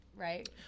Right